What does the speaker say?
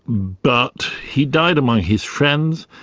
but he died among his friends,